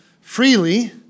freely